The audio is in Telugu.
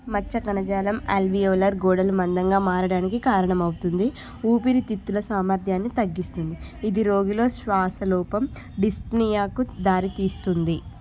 మచ్చ కణజాలం అల్వియోలర్ గోడలు మందంగా మారడానికి కారణమవుతుంది ఊపిరితిత్తుల సామర్థ్యాన్ని తగ్గిస్తుంది ఇది రోగిలో శ్వాసలోపం డిస్ప్నియాకు దారితీస్తుంది